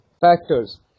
factors